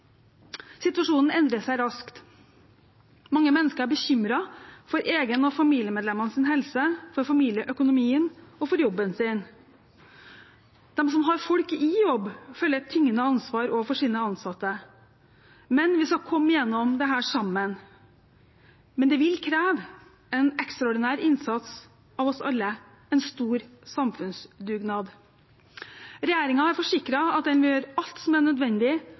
Situasjonen endrer seg raskt. Mange mennesker er bekymret for egen og familiemedlemmenes helse, for familieøkonomien og for jobben sin. De som har folk i jobb, føler et tyngende ansvar overfor sine ansatte. Vi skal komme oss gjennom dette sammen, men det vil kreve en ekstraordinær innsats av oss alle – en stor samfunnsdugnad. Regjeringen har forsikret om at de vil gjøre alt som er nødvendig,